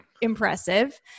impressive